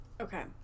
Okay